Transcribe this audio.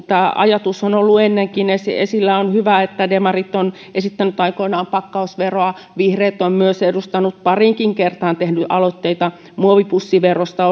tämä ajatus on ollut ennenkin esillä esillä on hyvä että demarit ovat esittäneet aikoinaan pakkausveroa vihreät ovat myös ehdottaneet pariinkin kertaan tehneet aloitteita muovipussiverosta